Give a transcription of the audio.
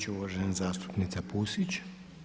će uvažena zastupnica Pusić.